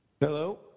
Hello